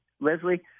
Leslie